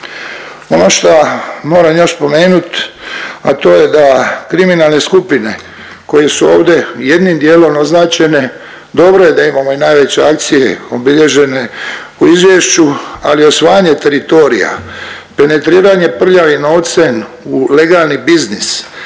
Ono šta moram još spomenut, a to je da kriminalne skupine koje su ovdje jednim dijelom označene dobro je da imamo i najveće akcije obilježene u izvješću, ali osvajanje teritorija, penetriranje prljavim novcem u legalni biznis,